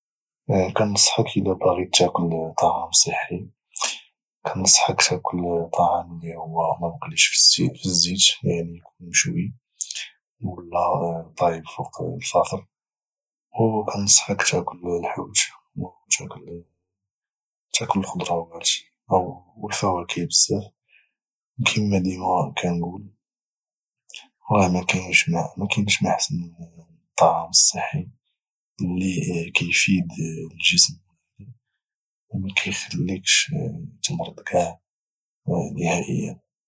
كنصحك الى باغي تاكل طعام صحي كنصحك تاكل طعام اللي هو ممقليش في الزيت يعني اكون مشوي اولى طايب فوق الفاخر او كنصحك تاكل الحوت او تاكل الخصراوات او الفواكه بزاف وكما ديما كنقول راه مكاينش ما حسن من الطعام الصحي اللي كيفيد الجسم والعقل ومكيخليكش تمرض كاع نهائيا